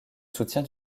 soutien